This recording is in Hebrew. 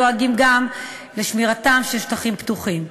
דואגים גם לשמירתם של שטחים פתוחים.